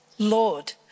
Lord